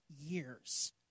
years